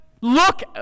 Look